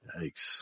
Yikes